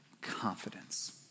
confidence